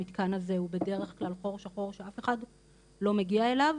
המתקן הזה הוא בדרך כלל חור שחור שאף אחד לא מגיע אליו,